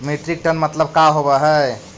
Metric ton मतलब का होव हइ?